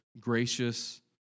gracious